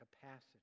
capacity